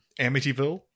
amityville